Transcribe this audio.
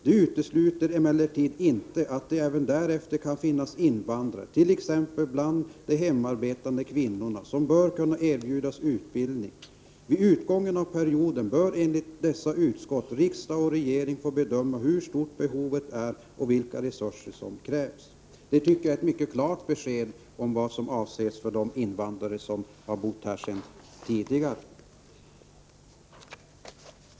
De utesluter emellertid inte att det även därefter kan finnas invandrare, t.ex. bland de hemarbetande kvinnorna, som bör kunna erbjudas utbildning. Vid utgången av perioden bör enligt dessa utskott riksdag och regering få bedöma hur stort behovet är och vilka resurser som krävs.” Jag tycker att detta är ett mycket klart besked om vad som avses gälla för de invandrare som bott här sedan en tid.